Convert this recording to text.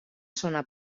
zona